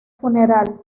funeral